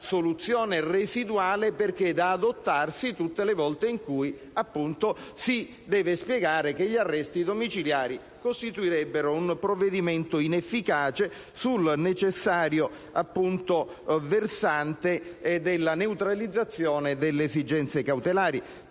soluzione residuale perché da adottarsi tutte le volte in cui si deve spiegare che gli arresti domiciliari costituirebbero un provvedimento inefficace sul necessario versante della neutralizzazione delle esigenze cautelari.